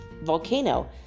Volcano